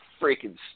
freaking